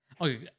okay